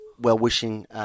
well-wishing